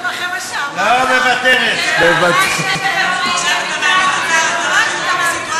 אולי השבת תגן על ראש הממשלה כמו שהגנה עליו?